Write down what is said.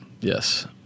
yes